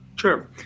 Sure